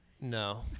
No